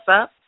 up